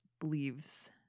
believes